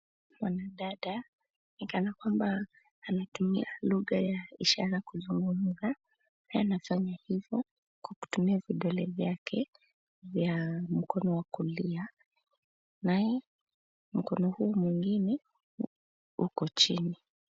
Mwanadada ni kana kwamba anatumia lugha ya ishara kuzungumza, anafanya hivyo kwa kutumia vidole vyake, vya mkono wa kulia. Naye mkono huu mwingine, uko chini.